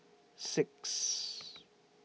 six